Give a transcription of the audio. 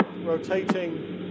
rotating